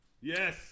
Yes